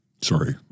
sorry